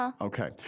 Okay